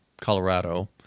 Colorado